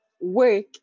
work